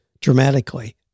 dramatically